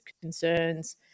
concerns